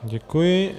Děkuji.